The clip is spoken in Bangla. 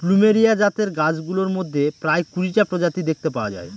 প্লুমেরিয়া জাতের গাছগুলোর মধ্যে প্রায় কুড়িটা প্রজাতি দেখতে পাওয়া যায়